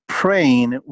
praying